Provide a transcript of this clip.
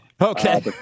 Okay